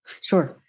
Sure